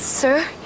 Sir